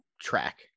track